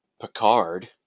Picard